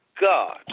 God